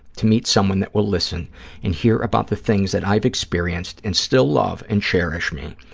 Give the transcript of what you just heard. to meet someone that will listen and hear about the things that i've experienced and still love and cherish me.